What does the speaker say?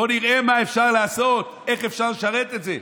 בואו נראה מה אפשר לעשות, איך אפשר לשרת את זה.